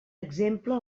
exemple